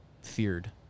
Feared